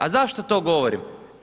A zašto to govorim?